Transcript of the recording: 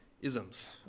isms